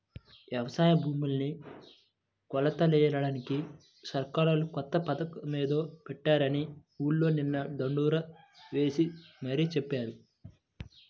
యవసాయ భూముల్ని కొలతలెయ్యడానికి సర్కారోళ్ళు కొత్త పథకమేదో పెట్టారని ఊర్లో నిన్న దండోరా యేసి మరీ చెప్పారు